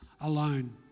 alone